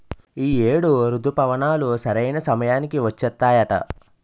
ఈ ఏడు రుతుపవనాలు సరైన సమయానికి వచ్చేత్తాయట